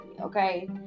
okay